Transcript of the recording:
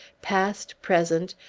past, present,